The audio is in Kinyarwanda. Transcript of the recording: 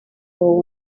uwo